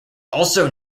also